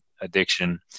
addiction